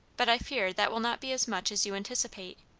but i fear that will not be as much as you anticipate.